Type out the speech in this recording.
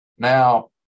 Now